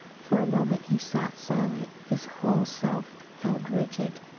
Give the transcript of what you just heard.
for a moment he sat silent, his whole self held rigid.